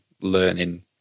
learning